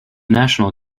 national